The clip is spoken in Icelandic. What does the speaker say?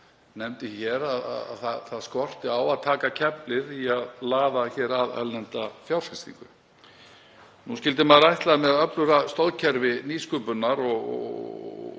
nefndi að það skorti á að taka keflið í að laða að erlenda fjárfestingu. Nú skyldi maður ætla að öflugra stoðkerfi nýsköpunar